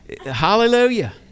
hallelujah